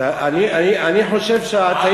אתה עייף.